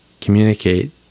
communicate